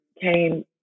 came